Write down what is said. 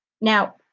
now